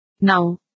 Now